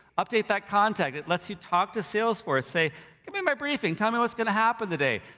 update that contact. it lets you talk to salesforce, say give me my briefing, tell me what's gonna happen today.